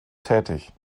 tätig